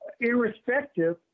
irrespective